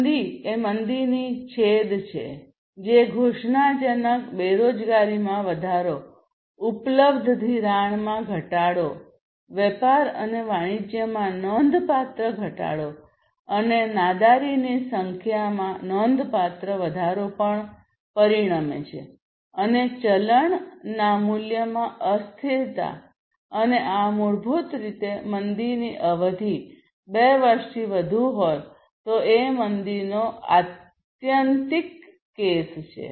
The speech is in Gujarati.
મંદી એ મંદીની છેદ છે જે ઘોષણાજનક બેરોજગારીમાં વધારો ઉપલબ્ધ ધિરાણમાં ઘટાડો વેપાર અને વાણિજ્યમાં નોંધપાત્ર ઘટાડો અને નાદારીની સંખ્યામાં નોંધપાત્ર વધારો પણ પરિણમે છે અને ચલણના મૂલ્યમાં અસ્થિરતા અને આ મૂળભૂત રીતે મંદીની અવધિ બે વર્ષથી વધુ હોય તો એ મંદીનો આત્યંતિક કેસ છે